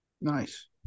nice